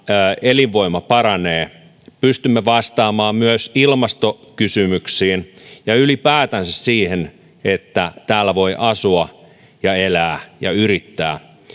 elinvoima paranee pystymme vastaamaan myös ilmastokysymyksiin ja ylipäätänsä siihen että täällä voi asua ja elää ja yrittää